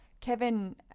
Kevin